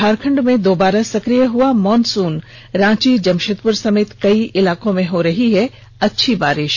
झारखंड में दोबारा सक्रिय हुआ मॉनसून रांची जमषेदपुर समेत कई इलाकों में हो रही है अच्छी बारिष